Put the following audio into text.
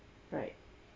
right